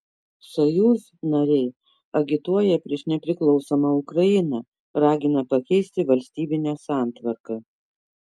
sojuz nariai agituoja prieš nepriklausomą ukrainą ragina pakeisti valstybinę santvarką